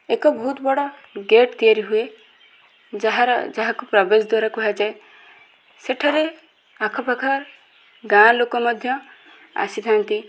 ଏକ ବହୁତ ବଡ଼ ଗେଟ୍ ତିଆରି ହୁଏ ଯାହାର ଯାହାକୁ ପ୍ରବେଶ ଦ୍ଵାର କୁହାଯାଏ ସେଠାରେ ଆଖ ପାଖ ଗାଁ ଲୋକ ମଧ୍ୟ ଆସିଥାନ୍ତି